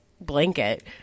blanket